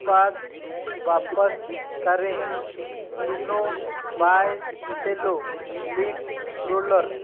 उत्पाद वापस करें Cleano by Cello lint roller